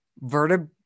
vertebral